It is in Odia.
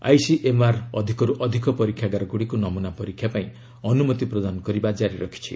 ଆଇସିଏମ୍ଆର୍ ଅଧିକରୁ ଅଧିକ ପରୀକ୍ଷାଗାରଗୁଡ଼ିକୁ ନମୁନା ପରୀକ୍ଷା ପାଇଁ ଅନୁମତି ପ୍ରଦାନ କରିବା ଜାରି ରଖିଛି